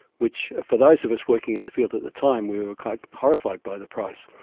which for those of us working in the field at the time we were quite horrified by the price,